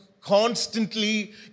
constantly